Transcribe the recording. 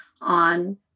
on